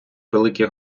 великі